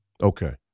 Okay